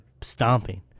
stomping